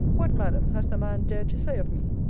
what, madam, has the man dared to say of me?